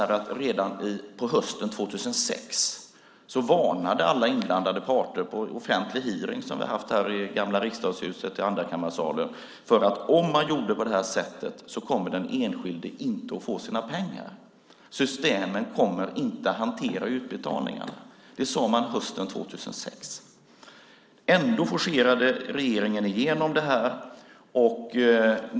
Redan på hösten 2006 varnade alla inblandade parter, vid en offentlig hearing som vi hade i Andrakammarsalen i Gamla riksdagshuset, för att göra på det här sättet, för då skulle den enskilde inte få sina pengar. Systemen kommer inte att hantera utbetalningarna. Det sade man hösten 2006. Ändå forcerade regeringen igenom det här.